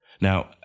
Now